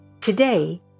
Today